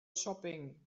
shopping